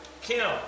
Kim